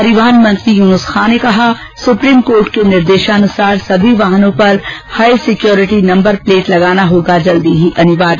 परिवहन मंत्री युनुस खान ने कहा सुप्रीम कोर्ट के निर्देशानुसार सभी वाहनों पर हाई सिक्योरिटी नम्बर प्लेट लगाना होगा जल्दी ही अनिवार्य